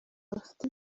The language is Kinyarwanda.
bafite